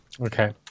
Okay